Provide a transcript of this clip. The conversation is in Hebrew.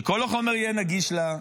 שכל החומר יהיה נגיש לה,